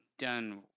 done